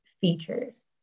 features